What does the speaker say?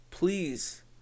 Please